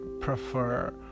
prefer